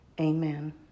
Amen